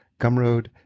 Gumroad